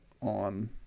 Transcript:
on